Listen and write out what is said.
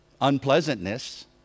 unpleasantness